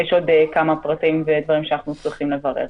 יש עוד כמה פרטים ודברים שאנחנו צריכים לברר.